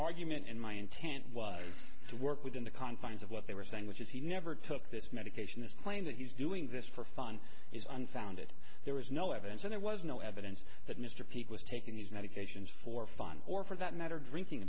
argument and my intent was to work within the confines of what they were saying which is he never took this medication this claim that he was doing this for fun is unfounded there was no evidence there was no evidence that mr peake was taking these medications for fun or for that matter drinking